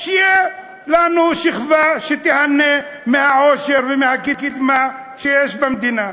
שתהיה לנו שכבה שתיהנה מהעושר ומהקדמה שיש במדינה.